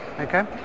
Okay